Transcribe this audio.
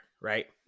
right